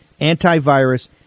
antivirus